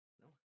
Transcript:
no